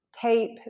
tape